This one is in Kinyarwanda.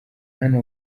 hano